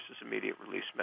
immediate-release